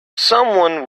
someone